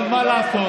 אבל מה לעשות,